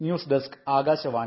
news desk Akashvani